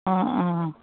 অঁ অঁ